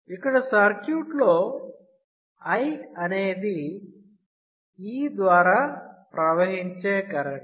ఇక్కడ సర్క్యూట్లో I అనేది E ద్వారా ప్రవహించే కరెంట్